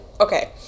okay